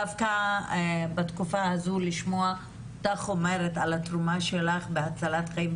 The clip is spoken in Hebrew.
דווקא בתקופה הזו לשמוע אותך אומרת על התרומה שלך בהצלת חיים,